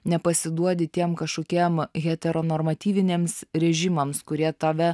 nepasiduodi tiem kažkokiem hetero normatyviniams režimams kurie tave